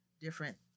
different